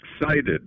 excited